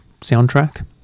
soundtrack